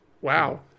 Wow